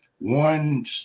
One